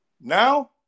Now